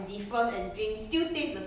可以 meh